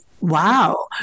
Wow